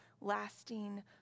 lasting